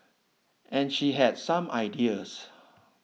and she has some ideas